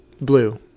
blue